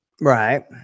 right